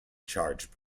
charged